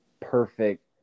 perfect